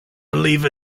believe